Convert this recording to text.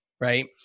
right